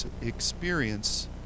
experience